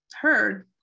heard